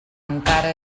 encara